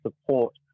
support